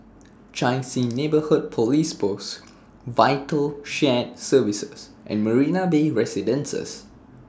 Chai Chee Neighbourhood Police Post Vital Shared Services and Marina Bay Residences